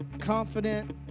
confident